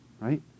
right